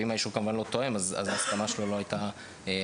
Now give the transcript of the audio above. ואם האישור לא תואם אז ההסכמה שלו לא הייתה אמיתית.